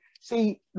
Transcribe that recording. see